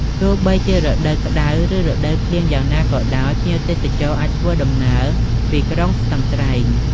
ទោះបីជារដូវក្តៅ ឬរដូវភ្លៀងយ៉ាងណាក៏ដោយ ភ្ញៀវទេសចរអាចធ្វើដំណើរពីក្រុងស្ទឹងត្រែង ។